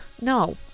No